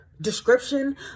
description